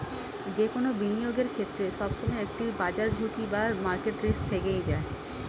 যে কোনো বিনিয়োগের ক্ষেত্রে, সবসময় একটি বাজার ঝুঁকি বা মার্কেট রিস্ক থেকেই যায়